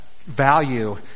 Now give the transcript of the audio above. Value